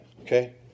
okay